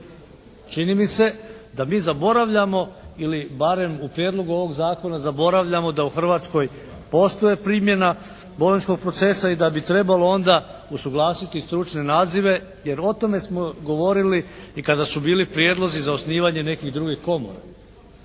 Čini mi se da mi zaboravljamo ili barem u prijedlogu ovog zakona zaboravljamo da postoji primjena Bolonjskog procesa i da bi trebalo onda usuglasiti stručne nazive jer o tome smo govorili i kada su bili prijedlozi za osnivanje nekih drugih komora.